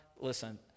Listen